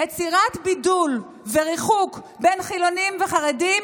יצירת בידול וריחוק בין חילונים וחרדים